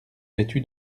vêtu